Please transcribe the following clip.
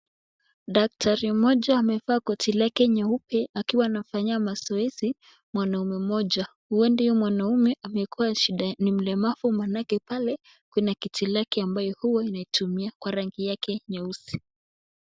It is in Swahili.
Daktari mmoja amevaa koti lake nyeupe akiwa anafanyia mazoezi mwanaume mmoja huenda huyo mwanaume amekuwa shida ni mlemavu maanake pale kuna kiti lake ambayo huwa inatumia kwa rangi yake nyeusi.